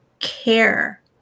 care